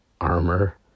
armor